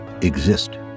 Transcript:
exist